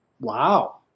Wow